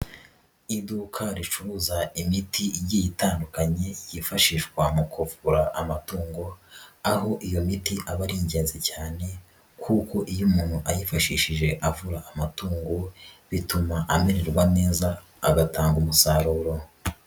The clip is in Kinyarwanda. Iduka ricuruza imiti igiye itandukanye yifashishwa mu kuvura amatungo, aho iyo miti aba ari ingenzi cyane kuko iyo umuntu ayifashishije avura amatungo, bituma amererwa neza agatanga umusaruro.